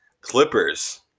clippers